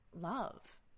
love